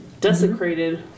desecrated